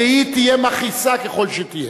והיא תהיה מכעיסה ככל שתהיה.